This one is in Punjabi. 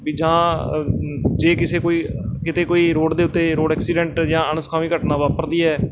ਵੀ ਜਾਂ ਜੇ ਕਿਸੇ ਕੋਈ ਕਿਤੇ ਕੋਈ ਰੋਡ ਦੇ ਉੱਤੇ ਰੋਡ ਐਕਸੀਡੈਂਟ ਜਾਂ ਅਣਸੁਖਾਵੀ ਘਟਨਾ ਵਾਪਰਦੀ ਹੈ